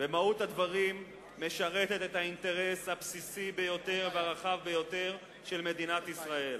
מהות הדברים משרתת את האינטרס הבסיסי ביותר והרחב ביותר של מדינת ישראל.